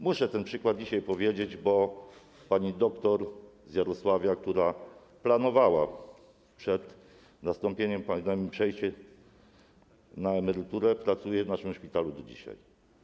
Muszę ten przykład dzisiaj podać: pani doktor z Jarosławia, która planowała przed wystąpieniem pandemii przejście na emeryturę, pracuje w naszym szpitalu do dzisiaj.